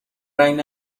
رنگ